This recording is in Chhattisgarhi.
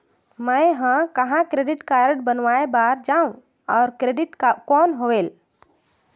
मैं ह कहाँ क्रेडिट कारड बनवाय बार जाओ? और क्रेडिट कौन होएल??